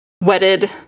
wedded